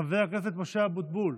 חבר הכנסת משה אבוטבול,